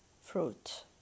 fruit